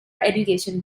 education